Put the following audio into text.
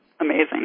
amazing